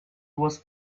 was